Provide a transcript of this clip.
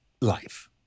life